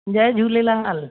Jay Jhulelal